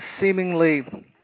seemingly